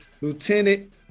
Lieutenant